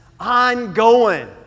ongoing